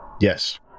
Yes